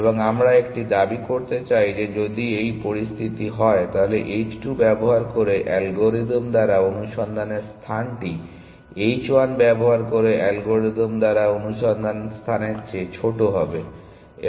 এবং আমরা একটি দাবি করতে চাই যে যদি এই পরিস্থিতি হয় তাহলে h 2 ব্যবহার করে অ্যালগরিদম দ্বারা অনুসন্ধানের স্থানটি h 1 ব্যবহার করে অ্যালগরিদম দ্বারা অনুসন্ধানের স্থানের চেয়ে ছোট হবে